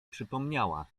przypominała